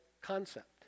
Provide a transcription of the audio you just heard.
concept